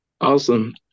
Awesome